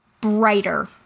brighter